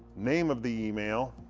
name of the email